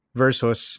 versus